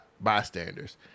bystanders